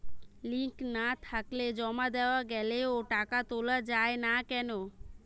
Link না থাকলে জমা দেওয়া গেলেও টাকা তোলা য়ায় না কেন?